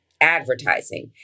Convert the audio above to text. Advertising